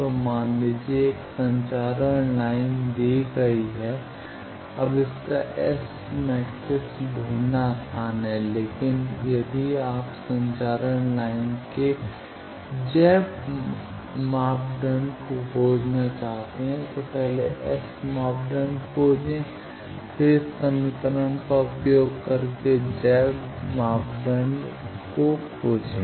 तो मान लीजिए कि एक संचारण लाइन दी गई है अब इसका S मैट्रिक्स ढूंढना आसान है लेकिन अगर आप संचारण लाइन के Z मापदंड को खोजना चाहते हैं तो पहले S मापदंड खोजें फिर इस समीकरण का उपयोग करके Z मापदंड में को खोजें